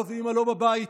אבא ואימא לא בבית.